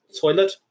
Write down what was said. toilet